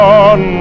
on